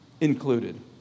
included